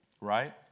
Right